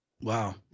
Wow